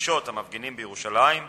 ברגשות המפגינים בירושלים ובכבוד,